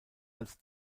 als